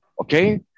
okay